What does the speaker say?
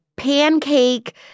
Pancake